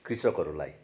कृषकहरूलाई